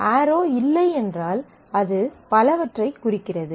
ஆரோ இல்லை என்றால் அது பலவற்றைக் குறிக்கிறது